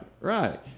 right